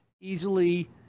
Easily